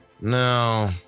No